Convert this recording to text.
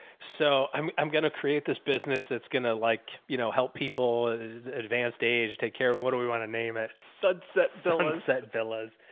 so i'm i'm going to create this business. that's gonna like, you know, help people advanced age, take care of but what do we want to name it? sunset sunset villas.